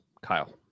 Kyle